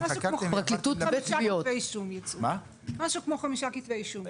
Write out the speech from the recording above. חקרתם -- יש משהו כמו חמישה כתבי אישום.